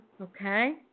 Okay